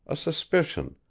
a suspicion,